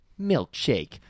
milkshake